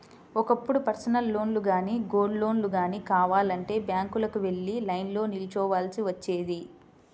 ఒకప్పుడు పర్సనల్ లోన్లు గానీ, గోల్డ్ లోన్లు గానీ కావాలంటే బ్యాంకులకు వెళ్లి లైన్లో నిల్చోవాల్సి వచ్చేది